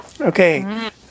Okay